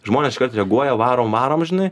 žmonės iškart reaguoja varom varom žinai